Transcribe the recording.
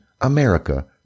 America